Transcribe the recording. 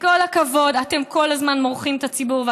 אתם כל הזמן מורחים את הציבור,